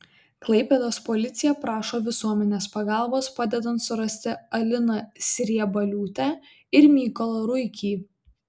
klaipėdos policija prašo visuomenės pagalbos padedant surasti aliną sriebaliūtę ir mykolą ruikį